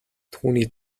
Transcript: түүний